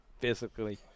Physically